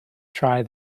try